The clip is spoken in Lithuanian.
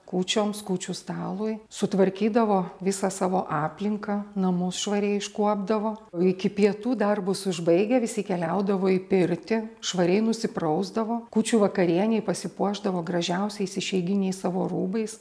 kūčioms kūčių stalui sutvarkydavo visą savo aplinką namus švariai iškuopdavo o iki pietų darbus užbaigę visi keliaudavo į pirtį švariai nusiprausdavo kūčių vakarienei pasipuošdavo gražiausiais išeiginiais savo rūbais